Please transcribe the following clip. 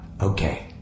Okay